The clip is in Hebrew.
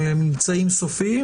ממצאים סופיים,